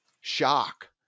shock